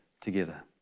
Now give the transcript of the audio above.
together